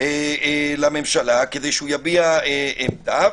לממשלה כדי שיביע עמדה,